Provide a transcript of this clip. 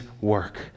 work